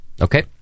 okay